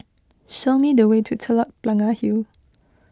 show me the way to Telok Blangah Hill